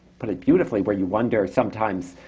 put it beautifully, where you wonder sometimes,